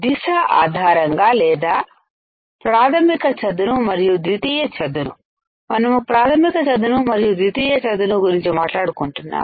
దిశ ఆధారంగా లేదా ప్రాథమిక చదును మరియు ద్వితీయ చదును మనము ప్రాథమిక చదును మరియు ద్వితీయ చదును గురించి మాట్లాడుకుంటున్నాము